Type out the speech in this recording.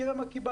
תראה מה קיבלתי.